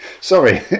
sorry